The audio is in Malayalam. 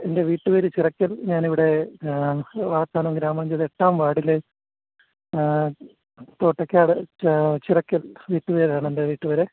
എന്റെ വീട്ടു പേര് ചിറക്കൽ ഞാൻ ഇവിടെ വാകത്താനം ഗ്രാമപഞ്ചായത്ത് എട്ടാം വാർഡിലെ തോട്ടയ്ക്കാട് ചിറക്കൽ വീട്ടുപേരാണ് എന്റെ വീട്ടുപേര്